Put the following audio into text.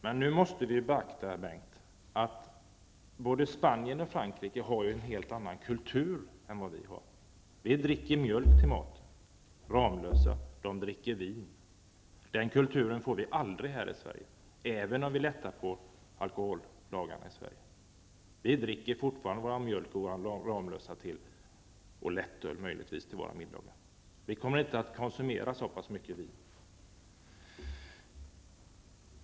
Men nu måste vi beakta att Spanien och Frankrike ju har en helt annan kultur än Sverige. Vi dricker mjölk eller Ramlösa till maten, medan man i Spanien och Frankrike dricker vin. Vi får aldrig samma kultur här i Sverige, även om vi mildrar alkohollagarna. Vi skulle fortsätta att dricka mjölk, Ramlösa och möjligen lättöl vid våra middagar. Vi kommer inte att konsumera så mycket vin.